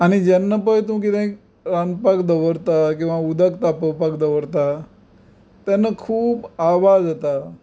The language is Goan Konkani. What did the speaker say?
आनी जेन्ना पळय तूं कितेंय रांदपाक दवरता किंवा उदक तापोवपाक दवरता तेन्ना खूब आवाज येता